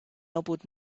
elbowed